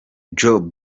joe